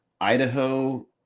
Idaho –